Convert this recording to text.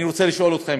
אני רוצה לשאול אתכם,